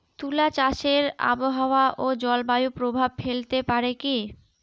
তুলা চাষে আবহাওয়া ও জলবায়ু প্রভাব ফেলতে পারে কি?